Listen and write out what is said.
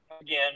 Again